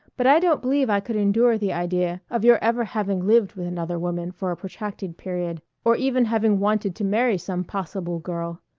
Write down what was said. but i don't believe i could endure the idea of your ever having lived with another woman for a protracted period or even having wanted to marry some possible girl.